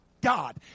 God